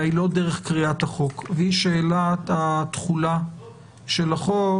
היא לא דרך קריאת החוק והיא שאלת התחולה של החוק